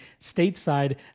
stateside